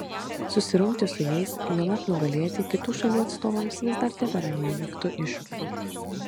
susirungti su jais juolab nugalėti kitų šalių atstovams vis dar tebėra neįveiktu iššūkiu